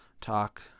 talk